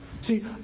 See